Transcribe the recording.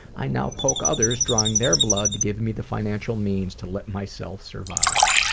i now poke others drawing their blood to give me the financial means to let myself survive.